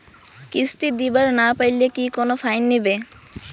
কিস্তি দিবার না পাইলে কি কোনো ফাইন নিবে?